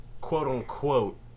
quote-unquote